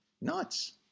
Nuts